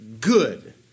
good